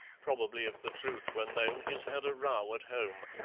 probably, if the truth were known, he's had a row at home.